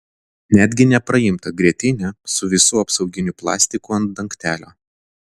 netgi nepraimtą grietinę su visu apsauginiu plastiku ant dangtelio